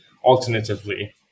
alternatively